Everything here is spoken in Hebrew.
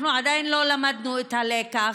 אנחנו עדיין לא למדנו את הלקח.